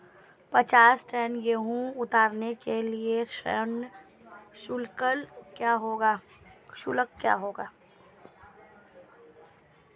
पचास टन गेहूँ उतारने के लिए श्रम शुल्क क्या होगा?